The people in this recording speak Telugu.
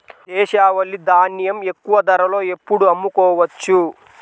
దేశవాలి ధాన్యం ఎక్కువ ధరలో ఎప్పుడు అమ్ముకోవచ్చు?